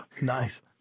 nice